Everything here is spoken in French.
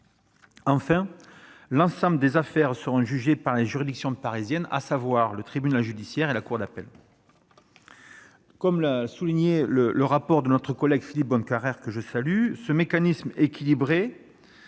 Enfin, l'ensemble des affaires seront jugées par les juridictions parisiennes, à savoir le tribunal judiciaire et la cour d'appel. Comme le souligne notre collègue Philippe Bonnecarrère, que je salue, dans son